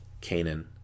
Canaan